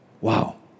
Wow